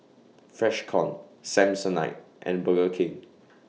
Freshkon Samsonite and Burger King